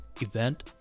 event